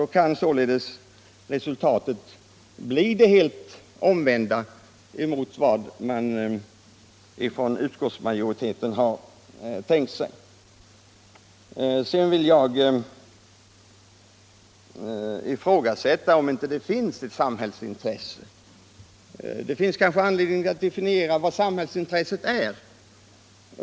Då kan också resultatet bli rakt motsatt det som utskottsmajoriteten har tänkt sig. Det är kanske också anledning att definiera vad samhällsintresset är.